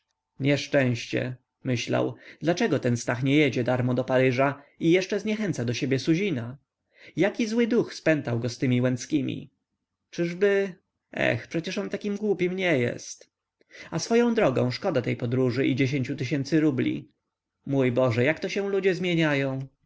nieszczęście myślał dlaczego ten stach nie jedzie darmo do paryża i jeszcze zniechęca do siebie suzina jaki zły duch spętał go z tymi łęckimi czyżby ech przecie on aż tak głupim nie jest a swoją drogą szkoda tej podróży i dziesięciu tysięcy rubli mój boże jak się to ludzie zmieniają